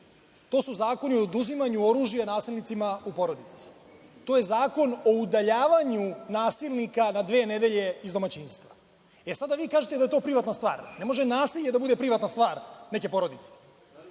To su zakoni o oduzimanju oružja nasilnicima u porodici, to je zakon o udaljavanju nasilnika na dve nedelje iz domaćinstva. E, sada vi kažete da je to privatna stvar. Ne može nasilje da bude privatna stvar neke porodice.